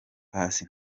paccy